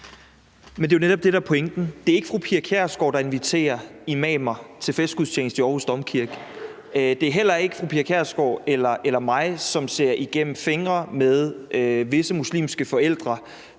det er jo netop det, der er pointen. Det er ikke fru Pia Kjærsgaard, der inviterer imamer til festgudstjeneste i Aarhus Domkirke. Det er heller ikke fru Pia Kjærsgaard eller mig, som ser igennem fingre med, at visse muslimske forældre